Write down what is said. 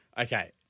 okay